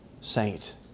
saint